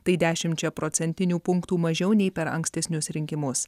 tai dešimčia procentinių punktų mažiau nei per ankstesnius rinkimus